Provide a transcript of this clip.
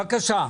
בבקשה.